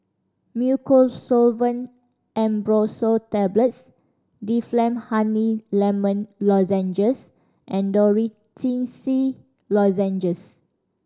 Mucosolvan Ambroxol Tablets Difflam Honey Lemon Lozenges and Dorithricin Lozenges